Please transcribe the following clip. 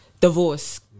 divorce